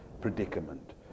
predicament